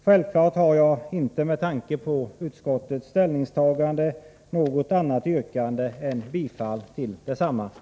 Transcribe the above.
Självfallet har jag inte, med tanke på utskottets ställningstagande, något annat yrkande än om bifall till utskottets hemställan.